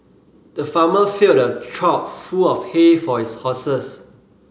the farmer filled a trough full of hay for his horses